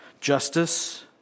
Justice